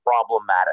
problematic